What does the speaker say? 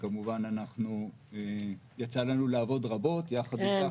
שכמובן יצא לנו לעבוד רבות יחד איתך,